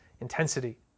intensity